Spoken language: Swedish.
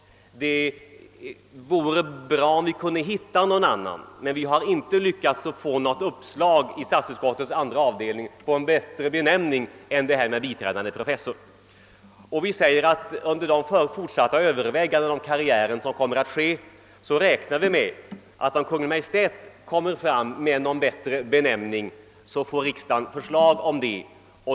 Det vore bra, om vi kunde hitta på någon annan, men vi har inte lyckats få något uppslag i utskottets andra avdelning på en bättre benämning än biträdande professor. Vi säger därför att vi räknar med att om under de fortsatta överväganden om forskarkarriären som kommer att ske Kungl. Maj:t kan föreslå någon bättre benämning, får vi pröva det förslaget.